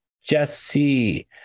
Jesse